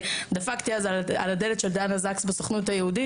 דפקתי אז על הדלת של דנה זקס בסוכנות היהודית,